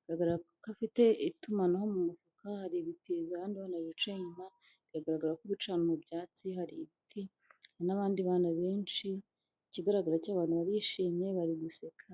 biragaragara ko afite itumanaho mu mufuka, hari ibipirizo, abandi bana bicaye inyuma, bigaragara ko bicaye ahantu mu byatsi, hari ibiti, n'abandi bana benshi, ikigaragara cyo abantu barishimye bari guseka.